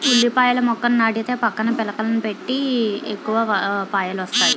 ఉల్లిపాయల మొక్కని నాటితే పక్కన పిలకలని పెట్టి ఎక్కువ పాయలొస్తాయి